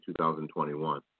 2021